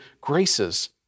graces